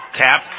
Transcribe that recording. tap